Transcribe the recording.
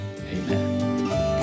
Amen